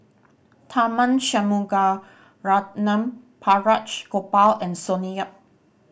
Tharman Shanmugaratnam Balraj Gopal and Sonny Yap